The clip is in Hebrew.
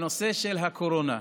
בנושא של הקורונה.